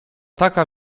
taka